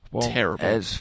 terrible